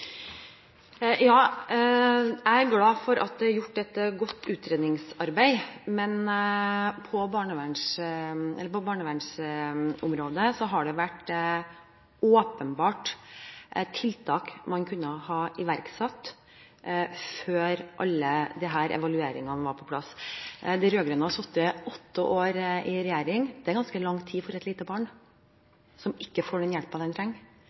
Ja, jeg er glad for at det er gjort et godt utredningsarbeid. På barnevernsområdet har det åpenbart vært tiltak man kunne ha iverksatt før alle disse evalueringene var på plass. De rød-grønne har sittet i regjering i åtte år. Det er ganske lang tid for et lite barn som ikke får den hjelpen det trenger. For 800 barn som ikke har tilsyn, og for alle dem